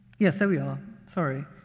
yes, there were are sorry.